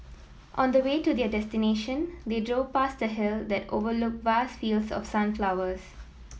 on the way to their destination they drove past a hill that overlooked vast fields of sunflowers